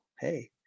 Hey